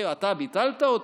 אתה ביטלת אותו?